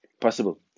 possible